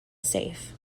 safe